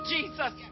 Jesus